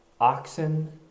oxen